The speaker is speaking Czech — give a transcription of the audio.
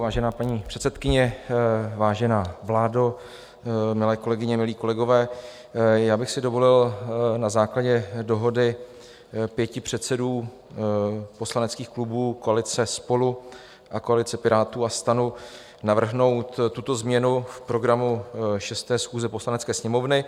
Vážená paní předsedkyně, vážená vládo, milé kolegyně, milí kolegové, já bych si dovolil na základě dohody pěti předsedů poslaneckých klubů koalice SPOLU a koalice Pirátů a STAN navrhnout tuto změnu v programu 6. schůze Poslanecké sněmovny.